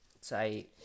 say